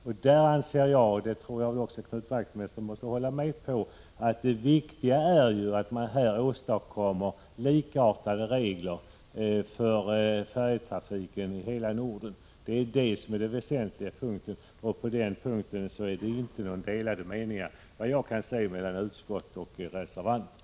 Jag anser — och jag tror att Knut Wachtmeister måste hålla med om det - att det viktiga är att åstadkomma likartade regler för färjetrafiken i hela Norden. Det är det väsentliga. Och på den punkten råder det, vad jag kan se, inte några delade meningar mellan utskottet och reservanterna.